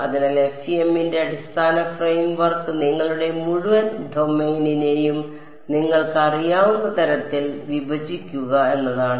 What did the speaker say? അതിനാൽ FEM ന്റെ അടിസ്ഥാന ഫ്രെയിം വർക്ക് നിങ്ങളുടെ മുഴുവൻ ഡൊമെയ്നിനെയും നിങ്ങൾക്ക് അറിയാവുന്ന തരത്തിൽ വിഭജിക്കുക എന്നതാണ്